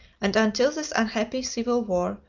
and until this unhappy civil war,